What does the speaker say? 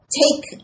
take